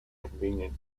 convenient